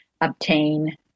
obtain